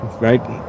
right